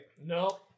no